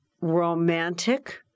romantic